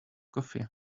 coffee